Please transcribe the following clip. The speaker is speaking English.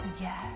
Yes